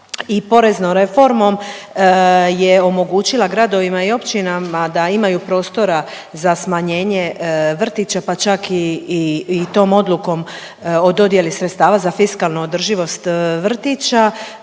poreznom reformom je omogućila gradovima i općinama da imaju prostora za smanjenje vrtića pa čak i, i, i tom odlukom o dodjeli sredstava za fiskalnu održivost vrtića,